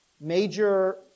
major